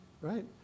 right